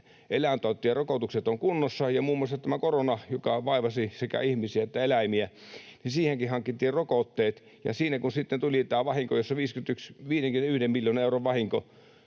eläintautien rokotukset ovat kunnossa ja muun muassa koronaankin, joka vaivasi sekä ihmisiä että eläimiä, hankittiin rokotteet. Siinä kun sitten tuli tämä vahinko, jossa 51 miljoonan euron vahinko